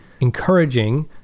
encouraging